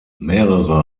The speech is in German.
mehrere